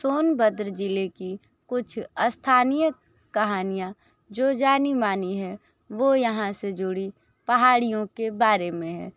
सोनबद्र ज़िले की कुछ स्थानीय कहानियाँ जो जानी मानी हैं वो यहाँ से जुड़ी पहाड़ियों के बारे में हैं